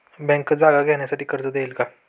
Bank जागा घेण्यासाठी कर्ज देईल का?